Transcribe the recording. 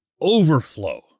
overflow